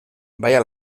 balla